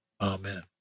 amen